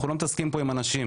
אנחנו לא מדברים פה על אנשים.